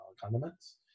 condiments